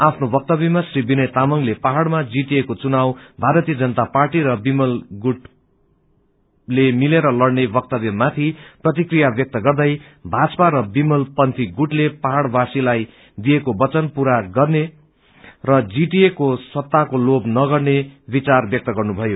आफ्नो वक्तव्यमा श्री विनय तामंगले पाहाड़मा जीटिए को चुनाव भारतीय जनता पार्टी र विमल पंथी गुटले मिलेर लड़ने वक्तव्यमाथि प्रतिक्रिया व्यक्त गर्दै भाजपा र विमल पंथी गुटले पहाड़वासीलाई दिएको वचन पूरा गर्ने र जिटिए को सत्ताको लोभ नगर्ने विचार व्यक्त गर्नुभयो